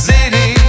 City